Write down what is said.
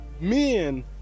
men